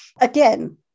again